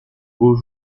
beaux